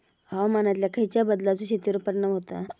हवामानातल्या खयच्या बदलांचो शेतीवर परिणाम होता?